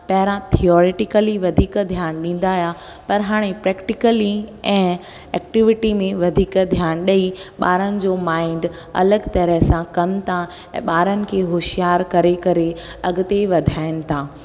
पहिरां थियोरिटिकली वधीक ध्यानु ॾींदा हुआ पर हाणे प्रैक्टिकली ऐं एक्टिविटी में वधीक ध्यानु ॾेई ॿारनि जो माइंड अलॻि तरह सां कनि था ऐं ॿारनि खे होशियार करे करे अॻिते वधाइनि था